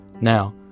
Now